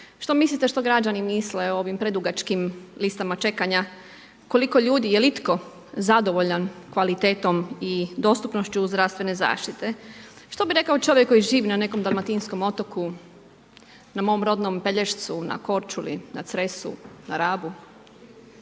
Što mislite što građani misle o ovim predugačkim listama čekanja. Koliko ljudi, je li itko zadovoljan kvalitetom i dostupnošću zdravstvene zaštite. Što bi rekao čovjek koji živi na nekom dalmatinskom otoku na mom rodnom Pelješcu na Korčuli, na Cresu, na Rabu,